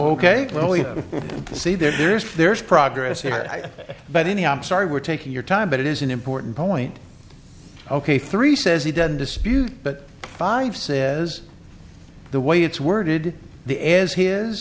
ok well you see there's there is progress here i but any i'm sorry we're taking your time but it is an important point ok three says he doesn't dispute but five says the way it's worded the as he is